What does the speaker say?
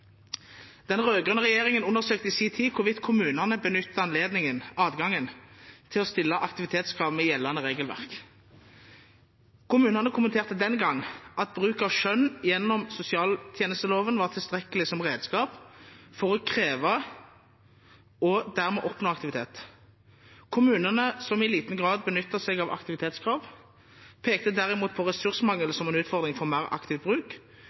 Den rød-grønne regjeringen undersøkte i sin tid hvorvidt kommunene benytter adgangen til å stille aktivitetskrav, med gjeldende regelverk. Kommunene kommenterte den gang at bruk av skjønn gjennom sosialtjenesteloven var tilstrekkelig som redskap for å kreve, og dermed oppnå, aktivitet. Kommunene som i liten grad benyttet seg av aktivitetskrav, pekte derimot på ressursmangel som en utfordring for mer aktiv bruk.